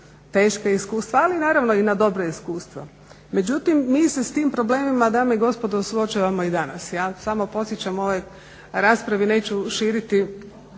teška iskustva ali naravno i na dobra iskustva. Međutim, mi se s tim problemima dame i gospodo suočavamo i danas. Ja samo podsjećam, u ovoj raspravi neću širiti